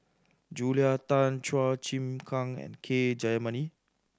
Julia Tan Chua Chim Kang and K Jayamani